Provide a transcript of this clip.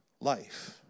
life